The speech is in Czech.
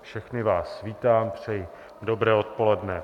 Všechny vás vítám a přeji dobré odpoledne.